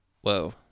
Whoa